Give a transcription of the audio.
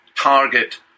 target